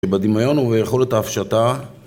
שבדמיון הוא יכולת ההפשטה